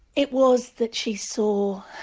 it was that she saw,